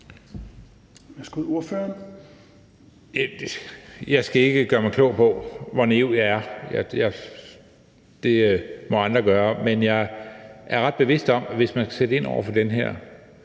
Jeg skal ikke gøre mig klog på, hvor naiv jeg er. Det må andre gøre. Men jeg er ret overbevist om, at hvis man skal sætte ind over for den her